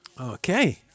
Okay